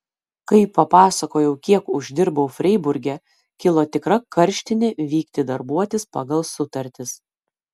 kai papasakojau kiek uždirbau freiburge kilo tikra karštinė vykti darbuotis pagal sutartis